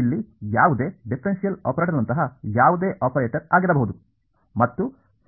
ಇಲ್ಲಿ ಯಾವುದೇ ಡಿಫರೆನ್ಷಿಯಲ್ ಆಪರೇಟರ್ನಂತಹ ಯಾವುದೇ ಆಪರೇಟರ್ ಆಗಿರಬಹುದು ಮತ್ತು ಕೆಲವು ಸ್ಥಿರಾಂಕಗಳು ಅಥವಾ ಇದು ಏನಾದರೂ ಆಗಿರಬಹುದು ಅದು ಸಾಧ್ಯವಾದಷ್ಟು ಸಾಮಾನ್ಯವಾಗಿಸುತ್ತದೆ